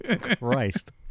Christ